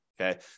Okay